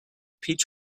peach